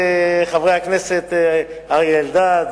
חברי הכנסת אריה אלדד,